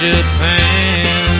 Japan